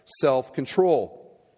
self-control